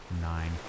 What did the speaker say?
Nine